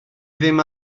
ddim